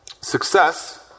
success